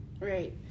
right